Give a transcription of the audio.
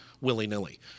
willy-nilly